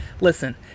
listen